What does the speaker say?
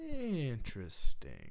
Interesting